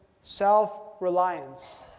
self-reliance